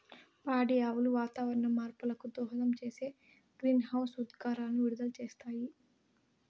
పాడి ఆవులు వాతావరణ మార్పులకు దోహదం చేసే గ్రీన్హౌస్ ఉద్గారాలను విడుదల చేస్తాయి